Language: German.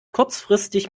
kurzfristig